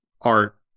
art